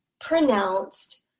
pronounced